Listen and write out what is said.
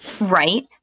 right